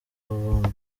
bombi